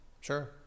Sure